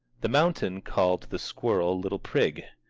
the mountain called the squirrel little prig.